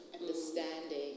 understanding